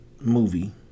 Movie